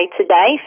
today